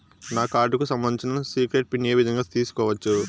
నా కార్డుకు సంబంధించిన సీక్రెట్ పిన్ ఏ విధంగా తీసుకోవచ్చు?